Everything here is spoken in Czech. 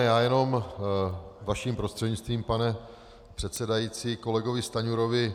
Já jenom vaším prostřednictvím, pane předsedající, kolegovi Stanjurovi.